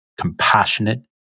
compassionate